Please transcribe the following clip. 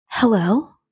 Hello